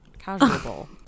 Casual